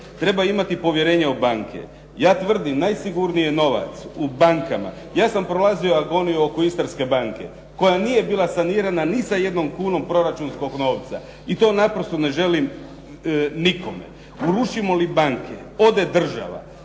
Treba imati povjerenja u banke. Ja tvrdim najsigurniji je novac u bankama. Ja sam prolazio agoniju oko Istarske banke koja nije bila sanirana ni sa jednom kunom proračunskog novca i to naprosto ne želim nikome. Urušimo li banke ode država